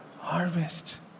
harvest